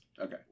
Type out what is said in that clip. okay